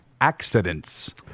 accidents